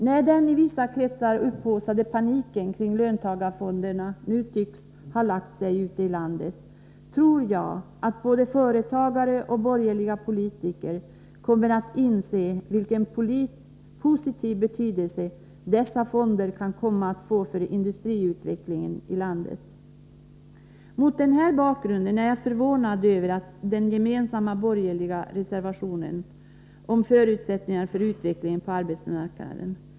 När den av vissa kretsar upphaussade paniken kring löntagarfonderna nu tycks ha lagt sig ute i landet, tror jag att både företagare och borgerliga politiker kommer att inse vilken positiv betydelse dessa fonder kan komma att få för industriutvecklingen i landet. Mot den här bakgrunden är jag förvånad över den gemensamma borgerliga reservationen om förutsättningarna för utvecklingen på arbetsmarknaden.